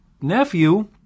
nephew